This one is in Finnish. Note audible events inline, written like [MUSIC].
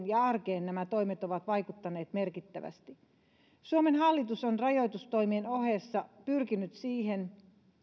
[UNINTELLIGIBLE] ja arkeen nämä toimet ovat vaikuttaneet merkittävästi suomen hallitus on rajoitustoimien ohessa pyrkinyt siihen